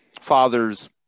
fathers